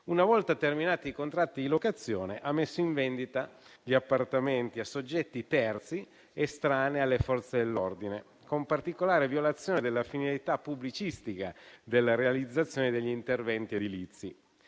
una volta terminati i contratti di locazione, ha messo sul mercato gli appartamenti a soggetti terzi estranei alle forze dell'ordine con particolare violazione della finalità pubblicistica della realizzazione degli interventi edilizi;